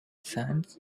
sands